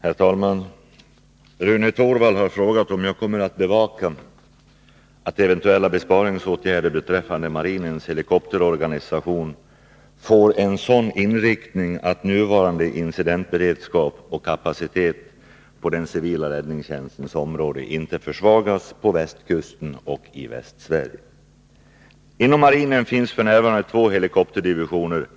Herr talman! Rune Torwald har frågat om jag kommer att bevaka att eventuella besparingsåtgärder beträffande marinens helikopterorganisation får en sådan inriktning att nuvarande incidentberedskap och kapacitet på den civila räddningstjänstens område inte försvagas på västkusten och i Västsverige. Inom marinen finns f. n. två helikopterdivisioner,